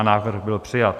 Návrh byl přijat.